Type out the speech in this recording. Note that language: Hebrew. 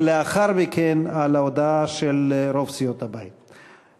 ולאחר מכן על ההודעה של רוב סיעות הבית.